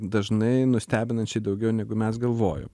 dažnai nustebinančiai daugiau negu mes galvojom